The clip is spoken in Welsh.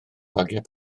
bagiau